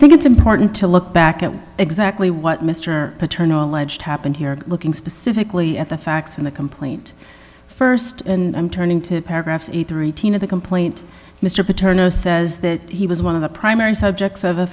i think it's important to look back at exactly what mr paternal allege happened here looking specifically at the facts in the complaint st and i'm turning to paragraphs eighty three thousand of the complaint mr paterno says that he was one of the primary subjects of a